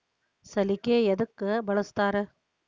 ಸಲಿಕೆ ಯದಕ್ ಬಳಸ್ತಾರ?